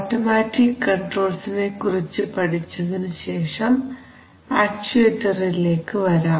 automatic കൺട്രോൾസിനെകുറിച്ച് പഠിച്ചതിനുശേഷം ആക്ചുവേറ്ററിലേക്ക് വരാം